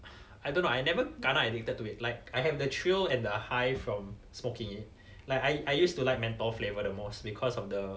I don't know I never kena addicted to it like I have the thrill and the high from smoking it like I I used to like menthol flavour the most because of the